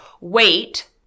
wait